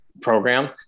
program